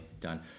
done